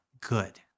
good